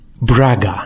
Braga